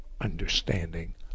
understanding